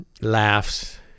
laughs